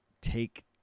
take